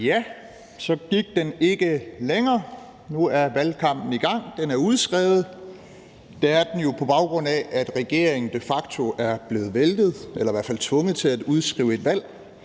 Så gik den ikke længere. Nu er valgkampen i gang, valget er udskrevet, og det er det jo, på baggrund af at regeringen de facto er blevet væltet eller i hvert fald er blevet tvunget til at udskrive valg,